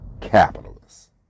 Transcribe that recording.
capitalists